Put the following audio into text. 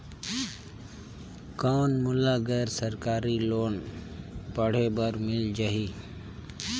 कौन मोला गैर सरकारी लोन पढ़े बर मिल जाहि?